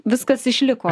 viskas išliko